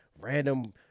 random